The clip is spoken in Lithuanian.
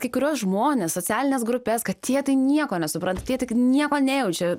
kai kuriuos žmones socialines grupes kad tie tai nieko nesupranta tie tik nieko nejaučia